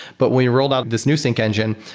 but when we rolled out this new sync engine,